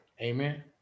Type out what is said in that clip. Amen